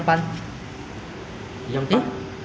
orh 对啊我以为你们三个一样班